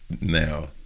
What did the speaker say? Now